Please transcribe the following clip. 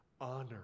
honor